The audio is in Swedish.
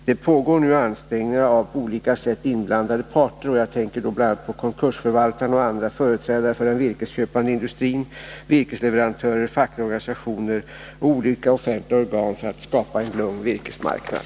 Det görs nu ansträngningar av på olika sätt inblandade parter — och jag tänker då bl.a. på konkursförvaltarna och andra företrädare för den virkesköpande industrin, virkesleverantörer, fackliga organisationer och olika offentliga organ — för att skapa en lugn virkesmarknad.